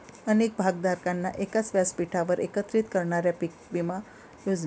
अनेक भागधारकांना एकाच व्यासपीठावर एकत्रित करणाऱ्या पीक विमा योजना